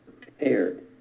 prepared